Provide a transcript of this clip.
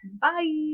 Bye